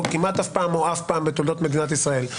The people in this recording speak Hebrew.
כמעט אף פעם או אף פעם בתולדות מדינת ישראל.